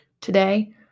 Today